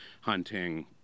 hunting